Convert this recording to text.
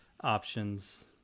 options